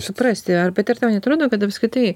suprasti ar bet ar tau neatrodo kad apskritai